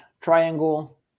triangle